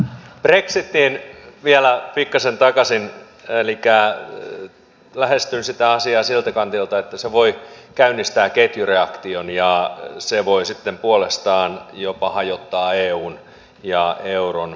brexitiin vielä pikkasen takaisin elikkä lähestyn sitä asiaa siltä kantilta että se voi käynnistää ketjureaktion ja se voi sitten puolestaan jopa hajottaa eun ja euron